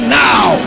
now